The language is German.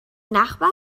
nachbarn